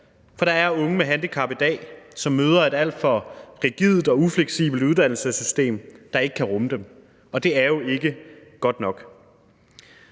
For der er unge med handicap i dag, som møder et alt for rigidt og ufleksibelt uddannelsessystem, der ikke kan rumme dem, og det er jo ikke godt nok.